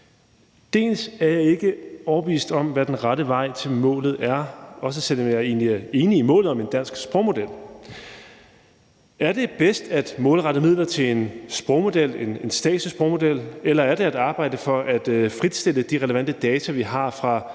Jeg er ikke overbevist om, hvad der er den rette vej til målet, også selv om jeg egentlig er enig i målet om en dansk sprogmodel. Er det bedst at målrette midler til en sprogmodel, en statslig sprogmodel, eller er det at arbejde for at fritstille de relevante data, vi har fra